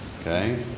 okay